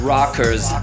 Rockers